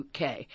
UK